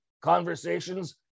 conversations